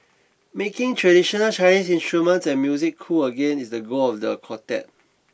making traditional Chinese instruments and music cool again is the goal of the quartet